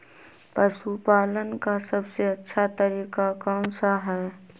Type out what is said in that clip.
पशु पालन का सबसे अच्छा तरीका कौन सा हैँ?